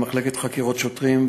במחלקה לחקירות שוטרים,